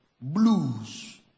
Blues